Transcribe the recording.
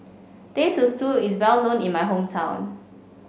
Teh Susu is well known in my hometown